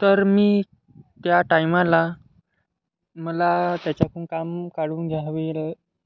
तर मी त्या टायमाला मला त्याच्याकून काम काढून घ्यावेल